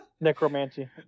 Necromancy